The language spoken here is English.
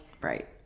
Right